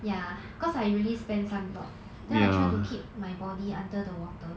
ya cause I really spam sunblock then I try to keep my body under the water